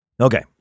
okay